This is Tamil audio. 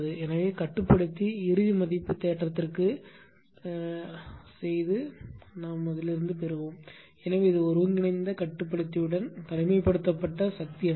எனவே கட்டுப்படுத்தி இறுதி மதிப்பு தேற்றத்திற்கு செல்வோம் எனவே இது ஒருங்கிணைந்த கட்டுப்படுத்தியுடன் தனிமைப்படுத்தப்பட்ட சக்தி அமைப்பு